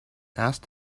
asked